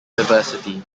university